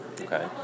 Okay